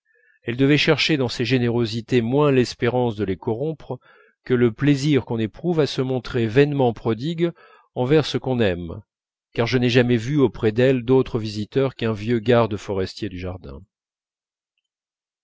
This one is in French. elle devait chercher dans ses générosités moins l'espérance de les corrompre que le plaisir qu'on éprouve à se montrer vainement prodigue envers ce qu'on aime car je n'ai jamais vu auprès d'elle d'autre visiteur qu'un vieux garde forestier du jardin